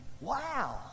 Wow